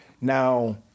now